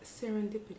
serendipity